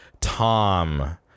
tom